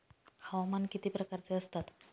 हवामान किती प्रकारचे असतात?